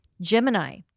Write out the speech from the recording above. Gemini